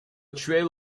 trail